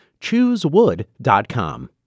Choosewood.com